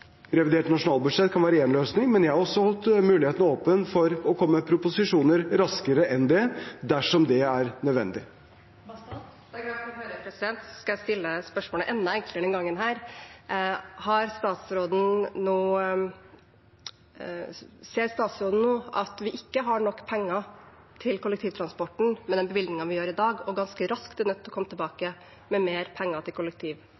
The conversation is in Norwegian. Revidert nasjonalbudsjett kan være én løsning, men jeg har også holdt muligheten åpen for å komme med proposisjoner raskere enn det dersom det er nødvendig. Det er jeg glad for å høre. Jeg skal stille spørsmålet enda enklere denne gangen: Ser statsråden nå at vi ikke har nok penger til kollektivtransporten med den bevilgningen vi gir i dag, og ganske raskt er nødt til å komme tilbake med mer penger til